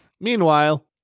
meanwhile